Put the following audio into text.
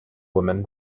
woman